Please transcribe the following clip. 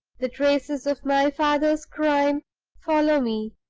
the traces of my father's crime follow me,